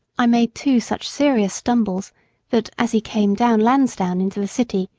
i made two such serious stumbles that, as he came down lansdown into the city,